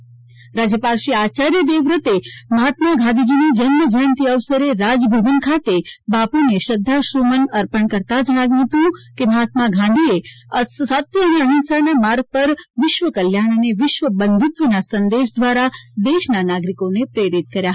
રાજભવન ખાતે રાજ્યપાલશ્રી આચાર્ય દેવવ્રતે મહાત્મા ગાંધીજીની જન્મ જયંતી અવસરે બાપુને શ્રદ્વાસુમન અર્પણ કરતાં જણાવ્યુ હતુ કે મહાત્મા ગાંધીજીએ સત્ય અને અહિંસાના માર્ગ પર વિશ્વકલ્યાણ અને વિશ્વ બંધુત્વના સંદેશ દ્વારા દેશના નાગરિકોને પ્રેરિત કર્યા હતા